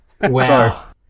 Wow